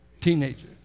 Teenager